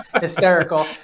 hysterical